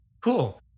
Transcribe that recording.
cool